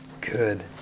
good